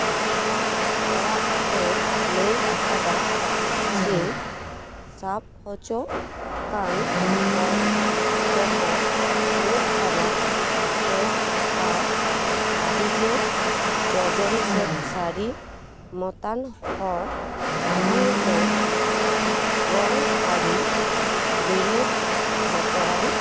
ᱚᱲᱟᱜᱼᱮ ᱞᱟᱹᱭ ᱟᱠᱟᱫᱟ ᱡᱮ ᱥᱟᱵ ᱦᱚᱪᱚᱜ ᱠᱟᱱ ᱦᱚᱲ ᱫᱚᱠᱚ ᱦᱩᱭᱩᱜ ᱠᱟᱱᱟ ᱯᱷᱟᱹᱫᱽ ᱟᱨ ᱟᱹᱰᱤ ᱡᱳᱨ ᱡᱚᱡᱚᱢ ᱥᱮᱫ ᱥᱟᱰᱤ ᱢᱟᱛᱟᱞ ᱦᱚᱲ ᱡᱟᱦᱟᱸᱭ ᱫᱚ ᱨᱚᱝ ᱟᱹᱨᱤ ᱵᱤᱞᱟᱹᱛ ᱵᱚᱛᱚᱨᱟᱱ